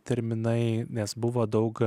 terminai nes buvo daug